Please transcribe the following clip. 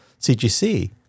CGC